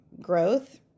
growth